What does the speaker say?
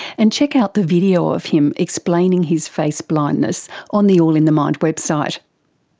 and check out the video of him explaining his face blindness on the all in the mind website.